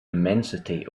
immensity